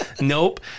Nope